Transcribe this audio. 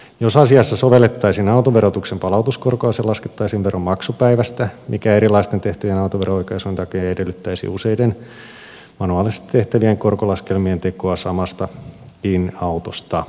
jos asiassa sovellettaisiin autoverotuksen palautuskorkoa se laskettaisiin veron maksupäivästä mikä erilaisten tehtyjen autovero oikaisujen takia edellyttäisi useiden manuaalisesti tehtävien korkolaskelmien tekoa samastakin autosta